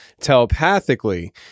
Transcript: telepathically